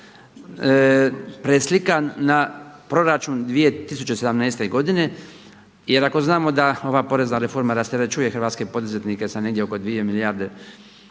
preslikan na proračun 2017. godine. Jer ako znamo da ova porezna reforma rasterećuje hrvatske poduzetnike za negdje oko 2 milijarde